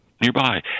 nearby